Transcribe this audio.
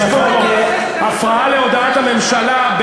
יש פה הפרעה להודעת הממשלה,